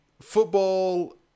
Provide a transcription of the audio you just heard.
football